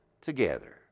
together